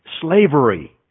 slavery